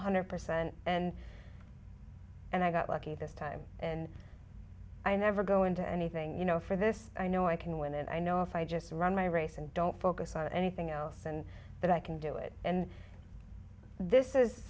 hundred percent and i got lucky this time and i never go into anything you know for this i know i can win and i know if i just run my race and don't focus on anything else and that i can do it and this is